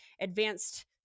advanced